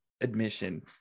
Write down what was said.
admission